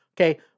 okay